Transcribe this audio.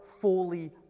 fully